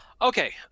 Okay